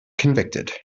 convicted